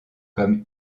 comme